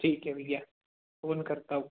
ठीक है भैया फ़ोन करता हूँ